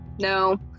No